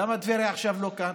למה טבריה עכשיו לא כאן,